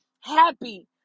happy